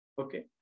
Okay